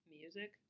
music